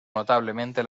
notablemente